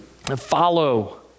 Follow